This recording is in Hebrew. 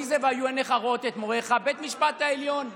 מי זה "ויהיו עיניך ראות את מוריך?" בית משפט העליון.